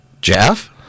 Jeff